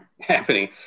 happening